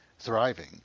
thriving